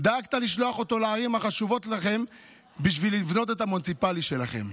דאגת לשלוח אותו לערים החשובות לכם בשביל לבנות את המוניציפלי שלכם.